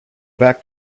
back